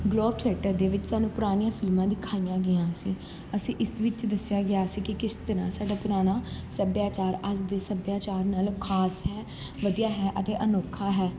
globe theatre ਦੇ ਵਿੱਚ ਸਾਨੂੰ ਪੁਰਾਣੀਆਂ ਫਿਲਮਾਂ ਦਿਖਾਈਆਂ ਗਈਆਂ ਸੀ ਅਸੀਂ ਇਸ ਵਿੱਚ ਦੱਸਿਆ ਗਿਆ ਸੀ ਕਿ ਕਿਸ ਤਰ੍ਹਾਂ ਸਾਡਾ ਪੁਰਾਣਾ ਸੱਭਿਆਚਾਰ ਅੱਜ ਦੇ ਸੱਭਿਆਚਾਰ ਨਾਲੋਂ ਖਾਸ ਹੈ ਵਧੀਆ ਹੈ ਅਤੇ ਅਨੋਖਾ ਹੈ